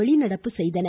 வெளிநடப்பு செய்தன